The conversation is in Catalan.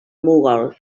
mogol